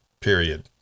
Period